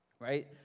Right